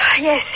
Yes